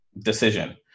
decision